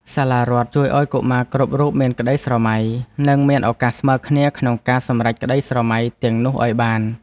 សាលារដ្ឋជួយឱ្យកុមារគ្រប់រូបមានក្តីស្រមៃនិងមានឱកាសស្មើគ្នាក្នុងការសម្រេចក្តីស្រមៃទាំងនោះឱ្យបាន។